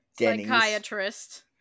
Psychiatrist